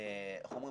איך אומרים,